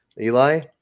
Eli